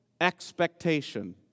expectation